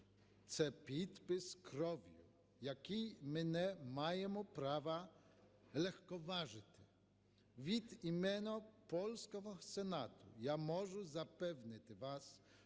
Це підпис кров'ю, який ми не маємо права легковажити. Від імені польського Сенату я можу запевнити вас,